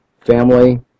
Family